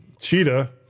cheetah